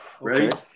Ready